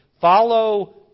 Follow